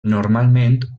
normalment